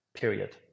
period